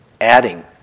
adding